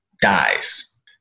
dies